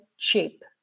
cheap